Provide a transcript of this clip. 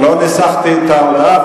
אני לא ניסחתי את ההודעה,